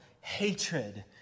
hatred